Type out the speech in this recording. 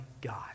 God